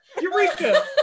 Eureka